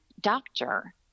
doctor